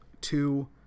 two